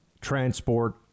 transport